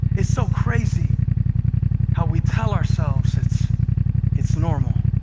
it's so crazy how we tell ourselves it's it's normal,